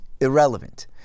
irrelevant